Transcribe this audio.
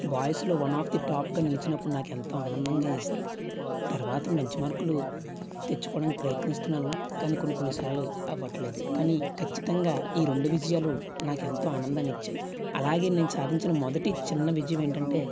బాయిస్లో one of the టాప్గా నిలిచినప్పుడు నాకు ఎంతో ఆనందంగా వేసింది తర్వాత మంచి మార్కులు తెచ్చుకోవడానికి ప్రయత్నిస్తున్నాను కానీ కొన్ని కొన్ని సార్లు అవ్వటం లేదు కానీ ఖచ్చితంగా ఈ రెండు విజయాలు నాకు ఎంతో ఆనందాన్ని ఇచ్చాయి అలాగే నేను సాధించిన మొదటి చిన్న విజయం ఏంటంటే